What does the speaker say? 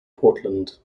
portland